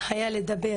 היה מילים,